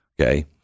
okay